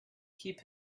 keep